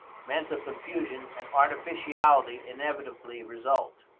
mental confusion and artificiality inevitably result.